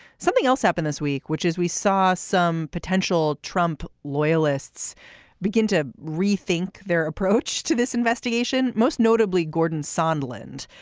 something else happened this week which is we saw some potential trump loyalists begin to rethink their approach to this investigation most notably gordon sunderland.